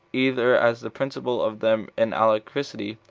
either as the principal of them in alacrity,